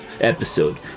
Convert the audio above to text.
episode